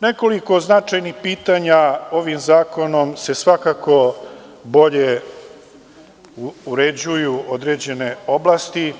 Nekoliko značajnih pitanja ovim zakonom se svakako bolje uređuju određene oblasti.